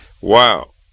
Wow